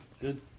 good